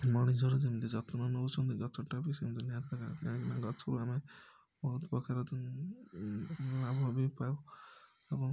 ମଣିଷର ଯେମିତି ଯତ୍ନ ନେଉଛନ୍ତି ଗଛଟା ବି ସେମିତି ଦରକାର କାହିଁକିନା ଗଛରୁ ଆମେ ବହୁତପ୍ରକାର ଲାଭ ବି ପାଉ ଏବଂ